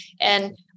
And-